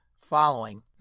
following